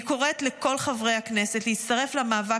אני קוראת לכל חברי הכנסת להצטרף למאבק